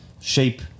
shape